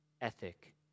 ethic